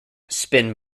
spin